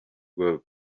were